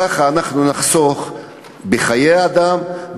ככה נחסוך בחיי האדם,